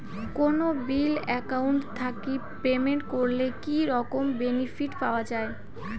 কোনো bill account থাকি payment করলে কি রকম বেনিফিট পাওয়া য়ায়?